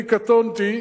אני קטונתי,